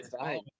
right